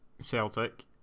Celtic